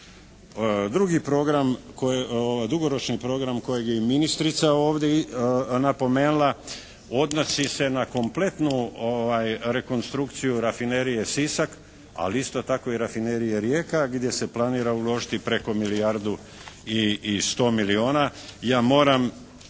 Drugi program, dugoročni program kojeg je i ministrica ovdje napomenula odnosi se na kompletnu rekonstrukciju rafinerije Sisak, ali isto tako i Rafinerije Rijeka gdje se planira uložiti preko milijardu i 100 milijuna.